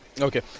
Okay